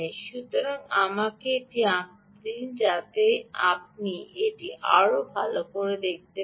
সুতরাং আমাকে এটি আঁকতে দিন যাতে আপনি এটি আরও ভাল দেখতে পাবেন